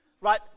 right